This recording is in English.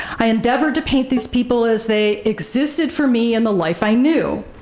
i endeavored to paint these people as they existed for me in the life i knew.